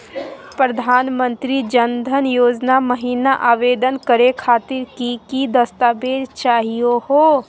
प्रधानमंत्री जन धन योजना महिना आवेदन करे खातीर कि कि दस्तावेज चाहीयो हो?